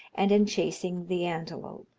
and in chasing the antelope.